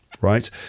right